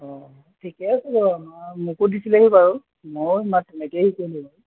অঁ ঠিকে আছে বাৰু মোকো দিছিলেহি বাৰু ময়ো ইমান তেনেকৈয়ে শিকিলোঁ আৰু